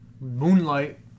Moonlight